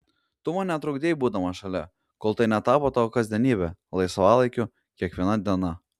tu man netrukdei būdama šalia kol tai netapo tavo kasdienybe laisvalaikiu kiekviena diena